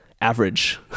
average